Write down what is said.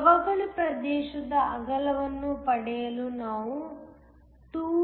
ಸವಕಳಿ ಪ್ರದೇಶದ ಅಗಲವನ್ನು ಪಡೆಯಲು ನಾವು 2orkTe2NAln